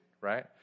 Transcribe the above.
right